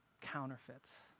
counterfeits